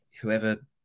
whoever